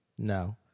No